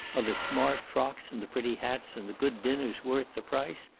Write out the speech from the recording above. are the smart frocks and the pretty hats and the good dinners worth the price?